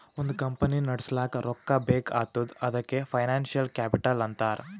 ಒಂದ್ ಕಂಪನಿ ನಡುಸ್ಲಾಕ್ ರೊಕ್ಕಾ ಬೇಕ್ ಆತ್ತುದ್ ಅದಕೆ ಫೈನಾನ್ಸಿಯಲ್ ಕ್ಯಾಪಿಟಲ್ ಅಂತಾರ್